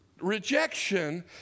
rejection